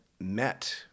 met